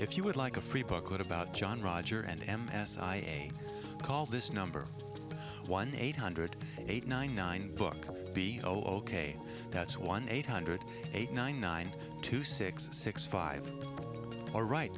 if you would like a free booklet about john roger and m s i a call this number one eight hundred eighty nine nine book be oh ok that's one eight hundred eight nine nine two six six five all right